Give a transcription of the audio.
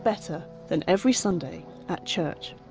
better than every sunday at church?